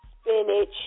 spinach